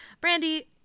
Brandy